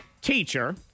teacher